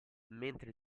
mentre